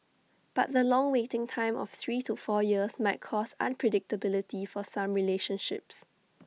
but the long waiting time of three to four years might cause unpredictability for some relationships